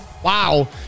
wow